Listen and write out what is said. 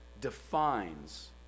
defines